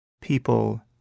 people